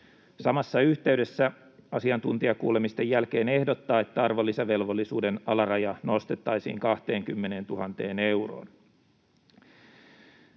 samassa yhteydessä asiantuntijakuulemisten jälkeen ehdottaa, että arvonlisäverovelvollisuuden alaraja nostettaisiin 20 000 euroon.